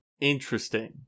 Interesting